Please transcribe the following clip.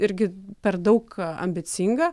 irgi per daug ambicinga